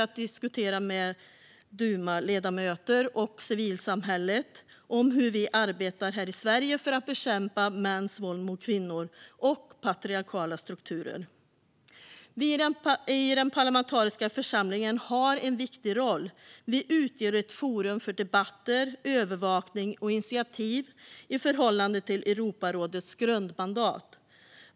Vi diskuterade med dumaledamöter och representanter för civilsamhället och berättade om hur vi arbetar här i Sverige för att bekämpa mäns våld mot kvinnor och patriarkala strukturer. Vi i den parlamentariska församlingen har en viktig roll. Vi utgör ett forum för debatter, övervakning och initiativ i förhållande till Europarådets grundmandat.